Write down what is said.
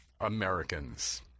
Americans